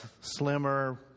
slimmer